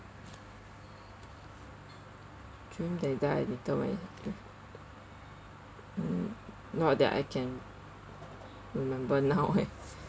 dream that die a little when you have to mm not that I can remember now eh